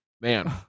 Man